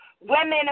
Women